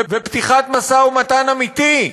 ופתיחת משא-ומתן אמיתי,